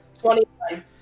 Twenty-nine